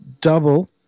double